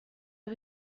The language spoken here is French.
est